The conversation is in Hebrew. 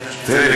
תראה,